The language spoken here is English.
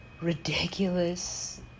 ridiculous